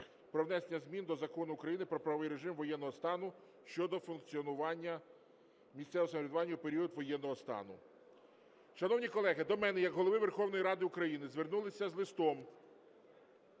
про внесення змін до Закону України "Про правовий режим воєнного стану" щодо функціонування місцевого самоврядування у період воєнного стану. Шановні колеги, до мене як Голови Верховної Ради України звернулись з листом